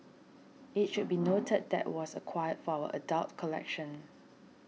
it should be noted that was acquired for our adult collection